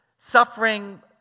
Suffering